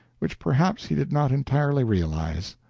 which perhaps he did not entirely realize.